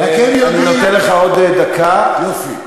רק הם יודעים, טוב, אני נותן לך עוד דקה, יופי.